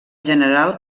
general